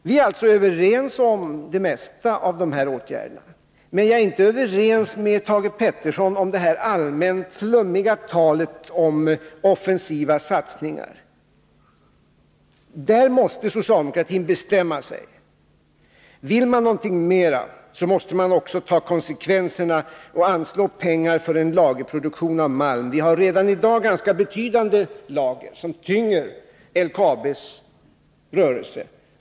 Vi är alltså överens om de mesta av de föreslagna åtgärderna, men jag är inte överens med Thage Peterson när det gäller det allmänt flummiga talet om offensiva satsningar. Där måste socialdemokratin bestämma sig. Vill man någonting mera, så måste man också ta konsekvenserna och anslå pengar för en lagerproduktion av malm. Vi har redan i dag ganska betydande lager som tynger LKAB:s rörelse.